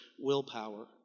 willpower